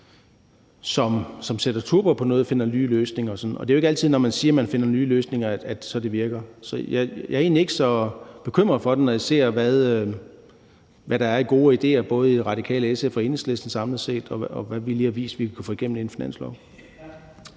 som sætter turbo på og finder nye løsninger. Og det er jo ikke altid sådan, når man siger, at man finder nye løsninger, at de så virker. Så jeg er egentlig ikke så bekymret for det, når jeg ser, hvad der af gode idéer fra både Radikale, SF og Enhedslisten samlet set, og hvad vi lige har vist at vi kunne få igennem i en finanslov.